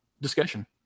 discussion